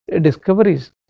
discoveries